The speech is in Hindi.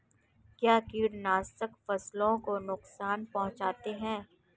क्या कीटनाशक फसलों को नुकसान पहुँचाते हैं?